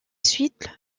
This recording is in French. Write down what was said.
suite